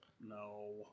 No